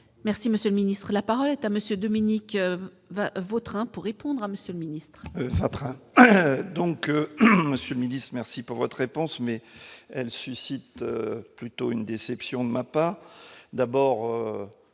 Merci monsieur le ministre, la parole est à monsieur Dominique va Vautrin pour répondre à Monsieur minute.